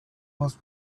was